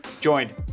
joined